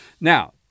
Now